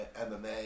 MMA